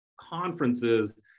conferences